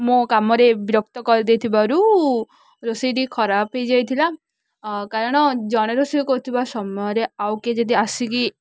ମୋ କାମରେ ବିରକ୍ତ କରିଦେଇଥିବାରୁ ରୋଷେଇଟି ଖରାପ ହେଇଯାଇଥିଲା କାରଣ ଜଣେ ରୋଷେଇ କରୁଥିବା ସମୟରେ ଆଉ କିଏ ଯଦି ଆସିକି